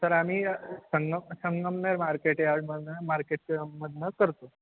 sir आम्ही संगम संगमनेर मार्केटयार्डमधून मार्केटच्यामधून करतो